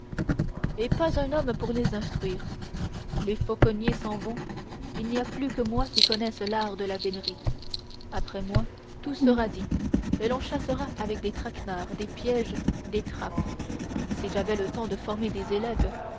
et pas un homme pour les instruire les fauconniers s'en vont il n'y a plus que moi qui connaisse l'art de la vénerie après moi tout sera dit et l'on chassera avec des traquenards des pièges des trappes si j'avais le temps encore de former des élèves